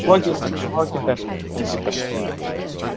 okay sir okay sir thank you sir thank you